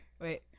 wait